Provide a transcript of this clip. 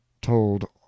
told